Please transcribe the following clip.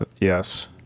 Yes